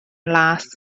las